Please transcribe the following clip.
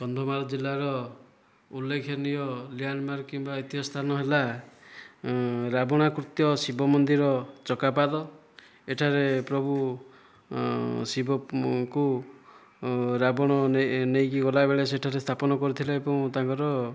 କନ୍ଧମାଳ ଜିଲ୍ଲାର ଉଲ୍ଲେଖେନୀୟ ଲ୍ୟାଣ୍ଡମାର୍କ କିମ୍ବା ଐତିହ ସ୍ଥାନ ହେଲା ରାବଣା କୃତ୍ୟ ଶିବ ମନ୍ଦିର ଚକାପାଦ ଏଠାରେ ପ୍ରଭୁ ଶିବଙ୍କୁ ରାବଣ ନେଇକି ଗଲାବେଳେ ସେଠାରେ ସ୍ଥାପନ କରିଥିଲେ ଏବଂ ତାଙ୍କର